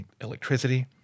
electricity